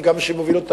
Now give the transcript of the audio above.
וגם מי שמוביל אותה,